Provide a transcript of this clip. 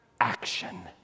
action